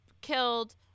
killed